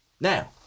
now